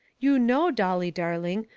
you know, dolly, darling,